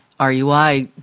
RUI